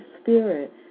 spirit